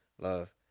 Love